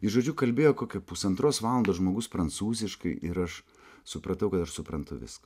jis žodžiu kalbėjo kokia pusantros valandos žmogus prancūziškai ir aš supratau kad aš suprantu viską